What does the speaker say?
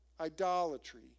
idolatry